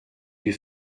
die